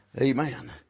Amen